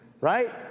right